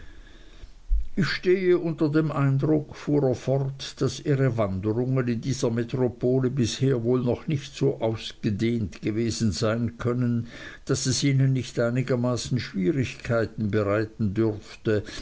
ich stehe unter dem eindruck fuhr er fort daß ihre wanderungen in dieser metropole bisher wohl noch nicht so ausgedehnt gewesen sein können daß es ihnen nicht einigermaßen schwierigkeiten bereiten dürfte